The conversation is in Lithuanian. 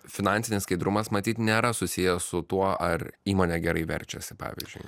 finansinis skaidrumas matyt nėra susijęs su tuo ar įmonė gerai verčiasi pavyzdžiui